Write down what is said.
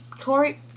Corey